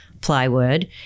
plywood